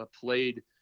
played